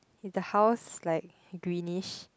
then house like greenish